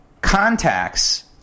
contacts